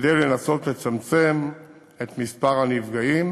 כדי לנסות לצמצם את מספר הנפגעים.